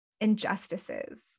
injustices